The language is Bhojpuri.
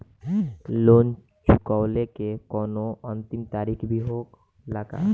लोन चुकवले के कौनो अंतिम तारीख भी होला का?